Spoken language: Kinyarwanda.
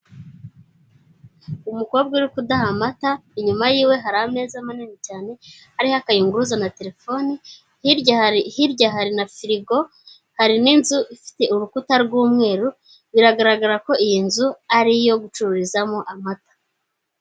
Umukobwa uri kudaha amata inyuma y'iwe hari ameza manini cyane ariho akayunguruza na telefoni, hirya hari na firigo hari n'inzu ifite urukuta rw'umweru biragaragara ko iyi nzu ari iyo gucururizamo amata.